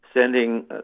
sending